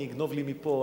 אני אגנוב לי מפה,